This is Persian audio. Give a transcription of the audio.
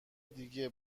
دیگه